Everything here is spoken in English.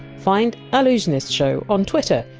find allusionistshow on twitter,